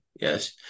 yes